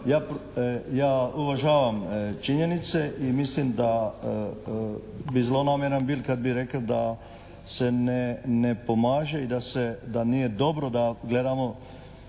Ja uvažam činjenice i mislim da bi zlonamjeran bil kad bi rekel da se ne pomaže i da nije dobro da gledamo